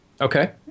Okay